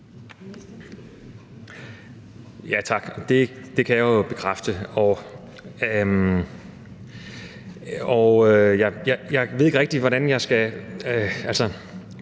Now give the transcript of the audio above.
Tak. Det kan jeg jo bekræfte. Jeg ved ikke rigtig, hvordan jeg skal